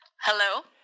Hello